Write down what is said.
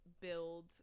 build